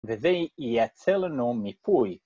וזה ייצר לנו מפוי.